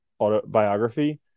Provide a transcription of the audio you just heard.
autobiography